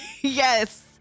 Yes